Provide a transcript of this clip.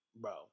Bro